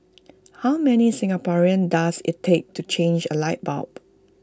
how many Singaporeans does IT take to change A light bulb